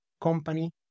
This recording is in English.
company